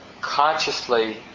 consciously